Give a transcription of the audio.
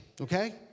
okay